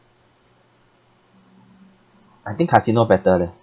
I think casino better leh